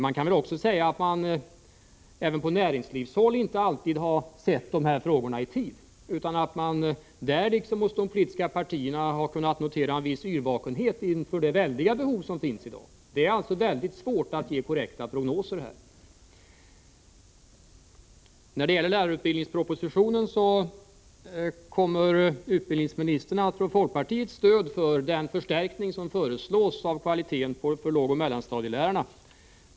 Vi kan väl också säga att man på näringslivshåll inte alltid har sett de här frågornai tid. Där liksom hos de poltiska pariterna har kunnat noteras en viss yrvakenhet inför de väldiga behov som finns i dag. Det är alltså mycket svårt att göra korrekta prognoser. När det gäller lärarutbildningspropositionen kommer utbildningsministern att få folkpartiets stöd för den förstärkning som föreslås beträffande kvaliteten för lågoch mellanstadielärarna.